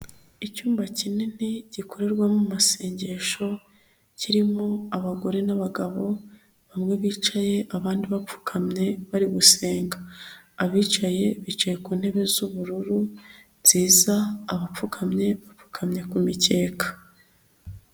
Icyumba kinini gikorerwamo amasengesho, kirimo abagore n'abagabo bamwe bicaye, abandi bapfukamye bari gusenga, abicaye bicaye ku ntebe z'ubururu nziza, abapfukamye bapfukamye ku mikeka.